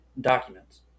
documents